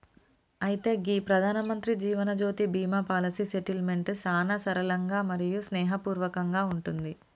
అయితే గీ Pradhanmantri Jeevanjyoti Bima policy settlement సానా సరళంగా మరియు స్నేహపూర్వకంగా ఉంటుంది